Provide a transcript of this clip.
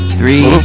three